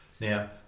Now